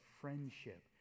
friendship